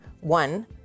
one